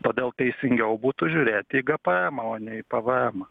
todėl teisingiau būtų žiūrėti į gpemą o ne į pvemą